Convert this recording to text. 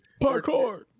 parkour